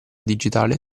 digitale